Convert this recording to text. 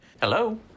Hello